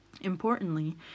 Importantly